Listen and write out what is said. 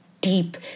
deep